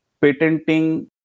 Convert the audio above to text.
patenting